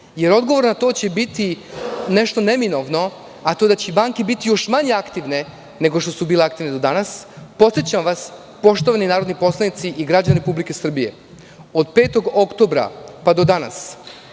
Odgovor na to će biti nešto neminovno, a to je da će banke biti još manje aktivne nego što su bile aktivne do danas. Podsećam vas, poštovani narodni poslanici i građani Republike Srbije, od 5. oktobra pa do danas,